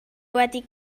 wedi